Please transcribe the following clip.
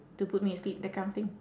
to put me asleep that kind of thing